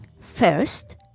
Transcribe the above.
First